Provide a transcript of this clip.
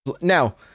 now